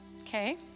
Okay